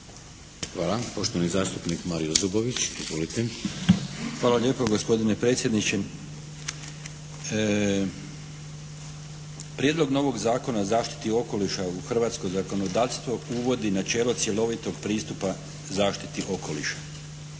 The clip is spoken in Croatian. Hvala. Poštovani zastupnik Mario Zubović. Izvolite! **Zubović, Mario (HDZ)** Hvala lijepo gospodine predsjedniče. Prijedlog novog Zakona o zaštiti okoliša u hrvatsko zakonodavstvo uvodi načelo cjelovitog pristupa zaštiti okoliša.